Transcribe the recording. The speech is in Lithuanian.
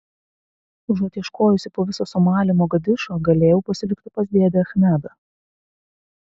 užuot ieškojusi po visą somalį mogadišo galėjau pasilikti pas dėdę achmedą